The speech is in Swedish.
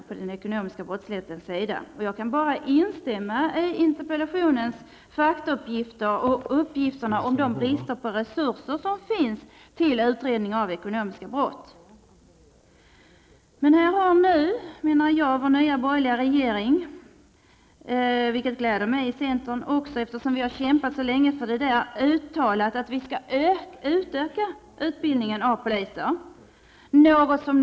Jag kan bara instämma i faktauppgifterna i interpellationen och uppgifterna om bristen på resurser för att utreda de ekonomiska brotten. Här har nu vår nya borgerliga regering uttalat -- vilket gläder oss i centern, eftersom vi så länge har kämpat för detta -- att utbildningen av poliser skall utökas.